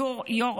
יו"ר